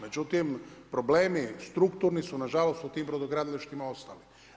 Međutim, problemi strukturni su na žalost u tim brodogradilištima ostali.